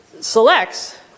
selects